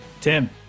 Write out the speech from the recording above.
Tim